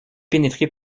pénétré